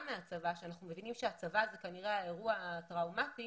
מהצבא - ואנחנו מבינים שהצבא זה כנראה האירוע הטראומתי